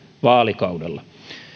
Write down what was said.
vaalikaudella